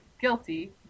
guilty